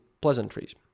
pleasantries